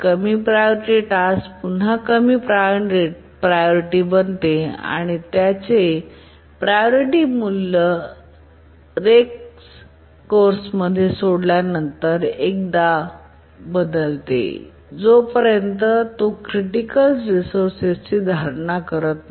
कमी priority task पुन्हा कमी प्रायोरिटी बनते आणि त्याचे प्रायोरिटी मूल्य रेक्सएक्ससोर्स सोडल्या नंतर एकदा बदलते जोपर्यंत तो इतर क्रिटिकल रिसोर्सेस ची धारण करत नाही